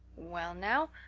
well now,